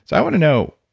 i want to know,